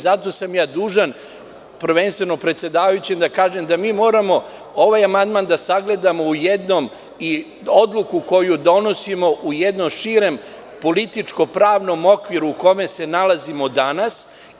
Zato sama dužan, prvenstveno predsedavajućem da kažem da mi moramo ovaj amandman i odluku koju donosimo da sagledamo u jednom širem političkom, pravnom okviru u kome se nalazimo danas.